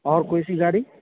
اور کوئی سی گاڑی